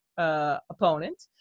Opponent